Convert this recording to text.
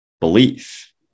belief